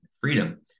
freedom